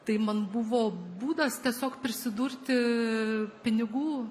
tai man buvo būdas tiesiog prisidurti pinigų